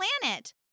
planet